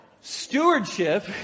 Stewardship